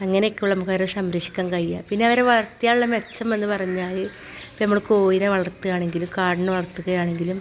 അങ്ങനൊക്കെയുള്ള മൃഗങ്ങളെ സംരക്ഷിക്കാൻ കഴിയുക പിന്നെ അവരെ വളർത്തിയാലുള്ള മെച്ചം എന്ന് പറഞ്ഞാൽ നമ്മൾ കോഴിനെ വളർത്താണെങ്കിലും കാടേനെ വളർത്തുകയാണെങ്കിലും